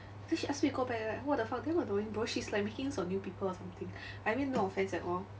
then she ask me go back right what the fuck then what are you doing bro she is like making use of new people or something I mean no offence at all